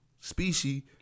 species